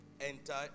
Enter